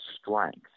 strength